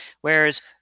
Whereas